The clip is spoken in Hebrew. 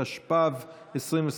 התשפ"ב 2022,